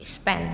Spain